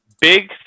big